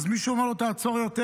אז מישהו אומר לו: תעצור יותר.